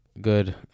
good